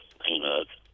peanuts